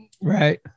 right